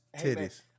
titties